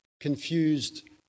confused